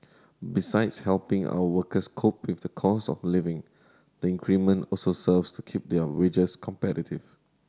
besides helping our workers cope with the cost of living the increment also serves to keep their wages competitive